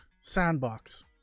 sandbox